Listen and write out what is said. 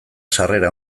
sarrera